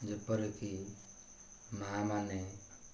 ଯେପରିକି ମାଆମାନେ